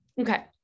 Okay